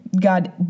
God